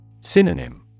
Synonym